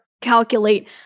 calculate